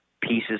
pieces